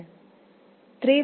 നമ്മൾ അത് എങ്ങനെ ചെയ്യും